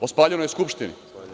O spaljenoj Skupštini?